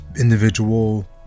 individual